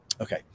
Okay